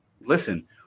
listen